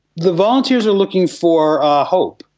the volunteers are looking for ah hope,